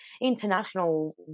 international